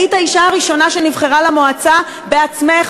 היית האישה הראשונה שנבחרה למועצה בעצמך,